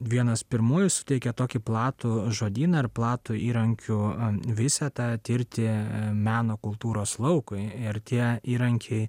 vienas pirmųjų suteikė tokį platų žodyną ir platų įrankių visą tą tirti meno kultūros laukui ir tie įrankiai